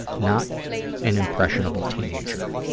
not an impressionable teenager.